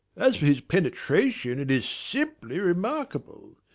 as for his penetration, it is simply remarkable!